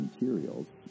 materials